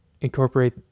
incorporate